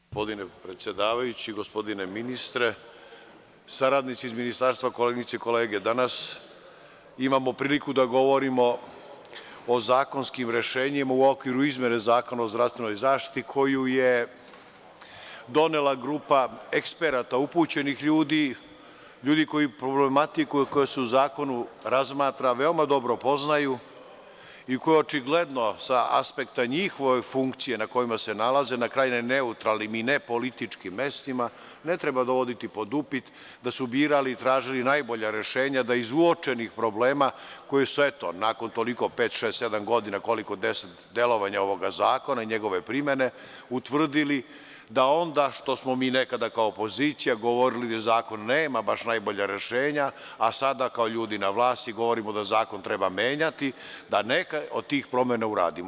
Gospodine predsedavajući, gospodine ministre, saradnici iz Ministarstva, koleginice i kolege, danas imamo priliku da govorimo o zakonskim rešenjima u okviru izmene Zakona o zdravstvenoj zaštiti, koju je donela grupa eksperata, upućenih ljudi, ljudi koji problematiku koja se u zakonu razmatra veoma dobro poznaju i koji očigledno sa aspekta njihove funkcije na kojima se nalaze, na krajnje neutralnim i nepolitičkim mestima, ne treba dovoditi pod upit da su birali i tražili najbolja rešenja da iz uočenih problema koji su, eto, nakon toliko pet, šest, sedam, deset godina delovanja ovog zakona i njegove primene, utvrdili da onda, što smo mi nekada kao opozicija govorili da zakon nema baš najbolja rešenja, a sada kao ljudi na vlasti govorimo da zakon treba menjati, da neke od tih promena uradimo.